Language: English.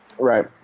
Right